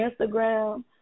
Instagram